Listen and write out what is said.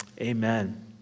Amen